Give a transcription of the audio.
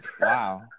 Wow